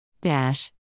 dash